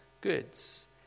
goods